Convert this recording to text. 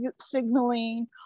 signaling